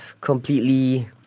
completely